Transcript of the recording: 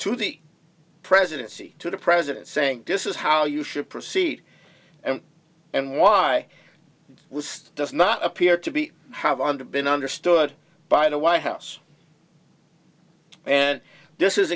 to the presidency to the president saying this is how you should proceed and and why was does not appear to be have under been understood by the white house and this is